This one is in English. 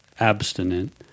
abstinent